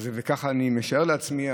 וכך אני משער לעצמי,